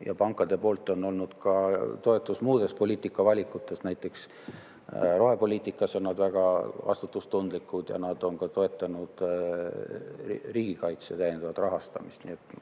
Ja pankade poolt on muuseas olnud ka toetus muudele poliitikavalikutele. Näiteks rohepoliitikas on nad väga vastutustundlikud ja nad on ka toetanud riigikaitse täiendavat rahastamist. Nii et